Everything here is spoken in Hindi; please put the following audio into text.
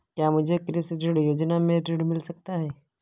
क्या मुझे कृषि ऋण योजना से ऋण मिल सकता है?